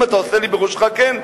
אם אתה עושה לי בראשך "כן",